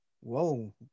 Whoa